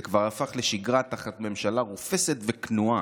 זה כבר הפך לשגרה תחת ממשלה רופסת וכנועה.